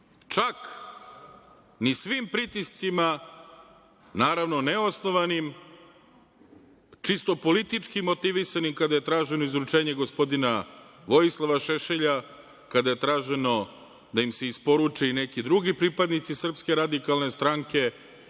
čak ni svim pritiscima, naravno neosnovanim, čisto političkim motivisanim kada je traženo izručenje gospodina Vojislava Šešelja, kada je traženo da im se isporuče neki drugi pripadnici SRS, naravno da